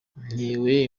ntewe